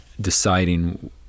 deciding